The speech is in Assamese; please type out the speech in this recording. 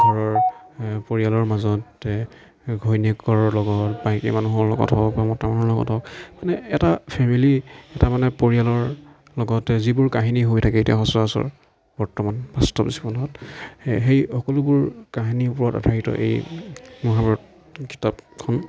ঘৰৰ পৰিয়ালৰ মাজত ঘৈণীয়েকৰ লগত মাইকী মানুহৰ লগত হওঁক বা মতা মানুহৰ লগত হওঁক মানে এটা ফেমিলি এটা মানে পৰিয়ালৰ লগতে যিবোৰ কাহিনী হৈ থাকে এতিয়া সচৰাচৰ বৰ্তমান বাস্তৱ জীৱনত সেই সকলোবোৰ কাহিনীৰ ওপৰত আধাৰিত এই মহাভাৰত কিতাপখন